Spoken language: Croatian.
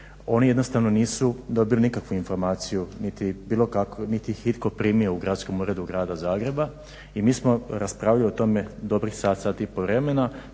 Oni jednostavno nisu dobili nikakvu informaciju niti ih je itko primio u Gradskom uredu Grada Zagreba i mi smo raspravljali o tome dobrih sat, sat i pol vremena.